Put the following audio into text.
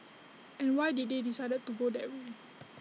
and why did they decide to go that way